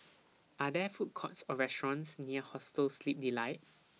Are There Food Courts Or restaurants near Hostel Sleep Delight